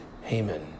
Haman